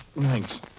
Thanks